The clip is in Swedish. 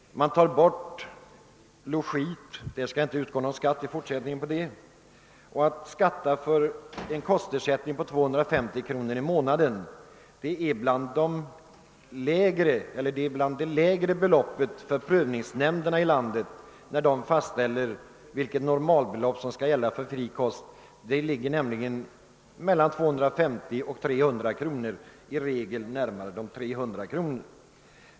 Å andra si dan skall sjömännen i fortsättningen inte betala skatt för förmånen av logi. 250 kronor i månaden är bland de lägre beloppen för kostersättning som prövningsnämnderna fastställer. Normalbeloppet för fri kost ligger nämligen mellan 250 och 300 kronor och i regel närmare de 300 kronorna.